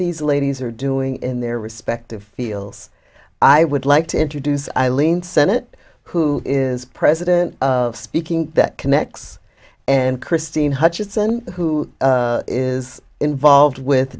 these ladies are doing in their respective fields i would like to introduce eileen senate who is president speaking that connex and christine hutchinson who is involved with